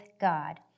God